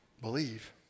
Believe